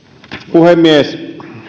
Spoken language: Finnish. puhemies